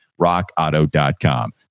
RockAuto.com